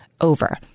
over